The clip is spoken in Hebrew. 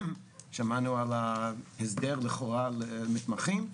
שמענו על ההסדר לכאורה למתמחים.